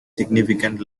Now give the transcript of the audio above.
significant